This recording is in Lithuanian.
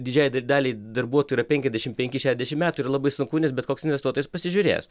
didžiajai daliai darbuotojų yra penkiasdešim penki šešiasdešim metų yra labai sunku nes bet koks investuotojas pasižiūrės